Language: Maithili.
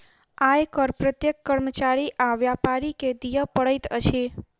आय कर प्रत्येक कर्मचारी आ व्यापारी के दिअ पड़ैत अछि